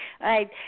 right